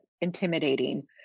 intimidating